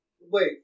wait